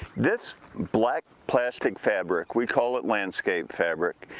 this black plastic fabric, we call it landscape fabric,